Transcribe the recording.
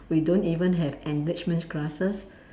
we don't even have enrichment classes